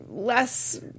Less